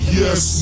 yes